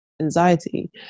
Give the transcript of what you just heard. anxiety